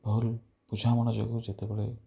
ଭୁଲ୍ ବୁଝାମଣା ଯୋଗୁଁ ଯେତେବେଳେ